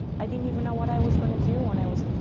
i didn't even know what i was going to do when i was